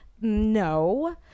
No